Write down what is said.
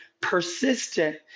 persistent